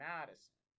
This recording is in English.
Madison